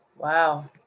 Wow